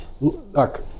Look